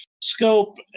scope